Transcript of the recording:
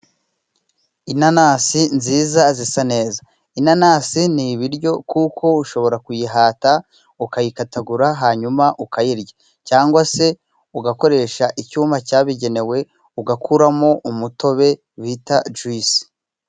Inanasi nziza zisa neza inanasi ni ibiryo kuko ushobora kuyihata ukayikatagura hanyuma ukayirya cyangwa se ugakoresha icyuma cyabigenewe ugakuramo umutobe bita juyisi.